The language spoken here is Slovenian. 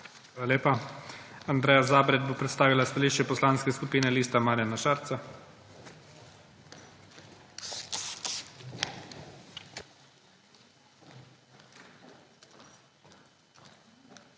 Hvala lepa. Andreja Zabret bo predstavila stališče Poslanske skupine Lista Marjana Šarca. **ANDREJA